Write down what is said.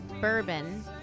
bourbon